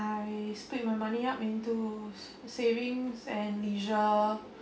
I split my money up into savings and leisure